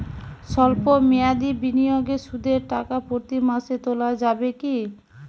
সল্প মেয়াদি বিনিয়োগে সুদের টাকা প্রতি মাসে তোলা যাবে কি?